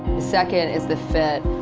second is the fit,